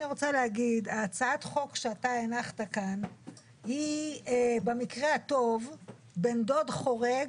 הצעת החוק שאתה הנחת כאן היא בקרה הטוב בן דוד חורג